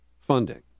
funding